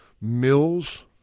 Mills